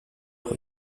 doch